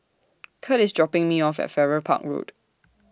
Curt IS dropping Me off At Farrer Park Road